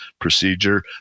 procedure